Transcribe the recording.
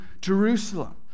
Jerusalem